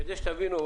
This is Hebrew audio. כדי שתבינו,